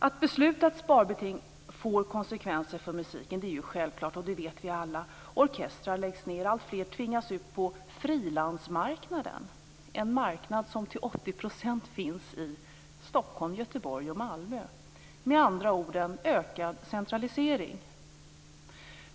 Att beslutat sparbeting får konsekvenser för musiken är självklart, det vet vi alla. Orkestrar läggs ned, alltfler tvingas ut på frilansmarknaden, en marknad som till 80 % finns i Stockholm, Göteborg och Malmö - med andra ord en ökad centralisering.